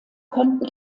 konnten